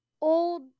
old